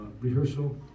rehearsal